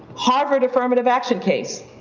harvard affirmative action case,